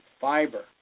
fiber